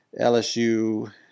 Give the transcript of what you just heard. LSU